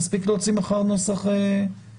נספיק להוציא מחר נוסח סופי?